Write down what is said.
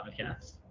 podcast